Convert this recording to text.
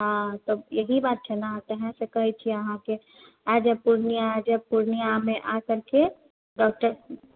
हँ तब यही बात छै ने ताहिसॅं कहै छी हम अहाँके आ जाउ पूर्णिया पूर्णिया मे आ कर के डॉक्टर